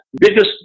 biggest